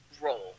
roll